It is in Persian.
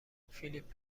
فیلیپ